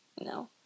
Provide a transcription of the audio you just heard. No